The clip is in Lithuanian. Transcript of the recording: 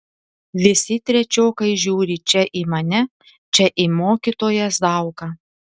visi trečiokai žiūri čia į mane čia į mokytoją zauką